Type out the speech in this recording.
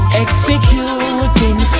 executing